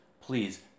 please